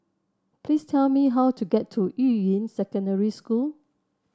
please tell me how to get to Yuying Secondary School